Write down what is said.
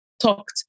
talked